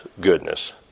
goodness